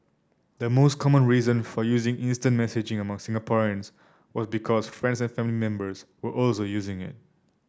the most common reason for using instant messaging among Singaporeans was because friends and family members were also using it